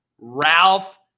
Ralph